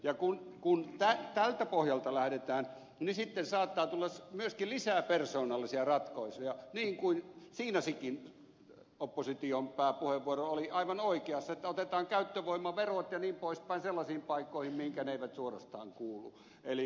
ja kun tältä pohjalta lähdetään niin sitten saattaa tulla myöskin lisää persoonallisia ratkaisuja siinäkin opposition pääpuheenvuoro oli aivan oikeassa että otetaan käyttövoimaverot ja niin poispäin sellaisiin paikkoihin mihinkä ne eivät suorastaan kuulu